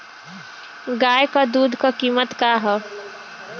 गाय क दूध क कीमत का हैं?